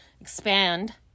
Expand